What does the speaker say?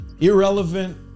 Irrelevant